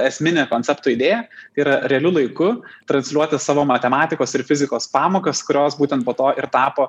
esminė koncepto idėja tai yra realiu laiku transliuoti savo matematikos ir fizikos pamokas kurios būtent po to ir tapo